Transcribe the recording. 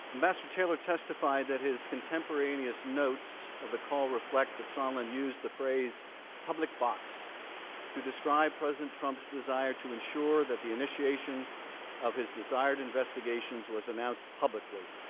ambassador taylor testified that his contemporaneous notes of the call reflect that ambassador sondland used the phrase public box to describe president trump's desire to ensure that the initiation of his desired investigations was announced publicly.